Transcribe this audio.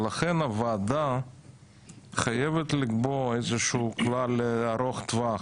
ולכן הוועדה חייבת לקבוע איזשהו כלל ארוך טווח,